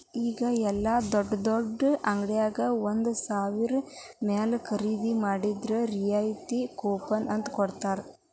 ಈಗ ಯೆಲ್ಲಾ ದೊಡ್ಡ್ ದೊಡ್ಡ ಅಂಗಡ್ಯಾಗ ಒಂದ ಸಾವ್ರದ ಮ್ಯಾಲೆ ಖರೇದಿ ಮಾಡಿದ್ರ ರಿಯಾಯಿತಿ ಕೂಪನ್ ಅಂತ್ ಕೊಡ್ತಾರ